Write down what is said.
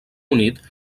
unit